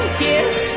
kiss